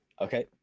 Okay